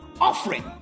offering